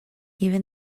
even